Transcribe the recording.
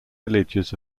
villages